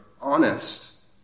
honest